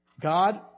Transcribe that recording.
God